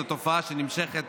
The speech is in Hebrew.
זו תופעה שנמשכת